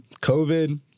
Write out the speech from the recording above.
COVID